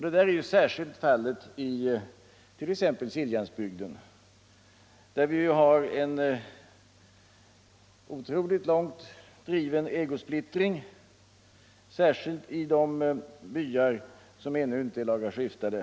Detta är särskilt fallet i t.ex. Siljansbygden där vi har en långt driven ägosplittring, inte minst i de byar som ännu inte är laga skiftade.